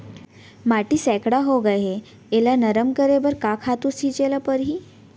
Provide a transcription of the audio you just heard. माटी सैकड़ा होगे है एला नरम करे बर का खातू छिंचे ल परहि?